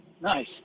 nice